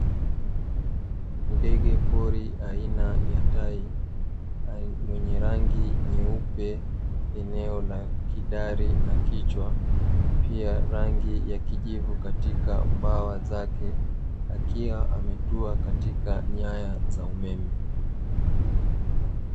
Ndege pori aina ya tai, mwenye rangi nyeupe eneo la kidari na kichwa pia rangi ya kijivu katika mbawa zake, akiwa ametuwa katika nyaya za umeme.